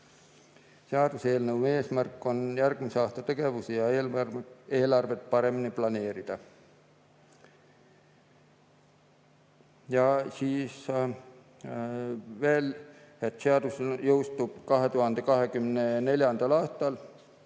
Seaduseelnõu eesmärk on järgmise aasta tegevusi ja eelarvet paremini planeerida. Veel [mainiti], et seadus jõustub 2024. aastal